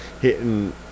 hitting